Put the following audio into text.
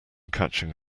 catching